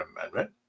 amendment